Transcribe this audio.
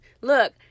Look